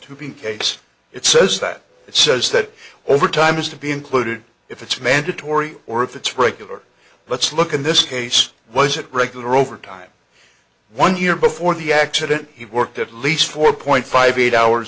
to be in case it says that it says that overtime has to be included if it's mandatory or if it's regular let's look in this case was it regular overtime one year before the accident he worked at least four point five eight hours